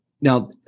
Now